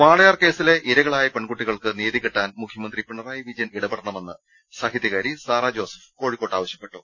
വാളയാർ കേസിലെ ഇരകളായ പെൺകുട്ടികൾക്ക് നീതികിട്ടാൻ മുഖ്യമന്ത്രി പിണറായി വിജയൻ ഇടപെടണമെന്ന് സാഹിത്യകാരി സാറാ ജോസഫ് കോഴിക്കോട്ട് ആവശ്യപ്പെട്ടു